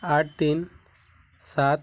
आठ तीन सात